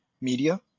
media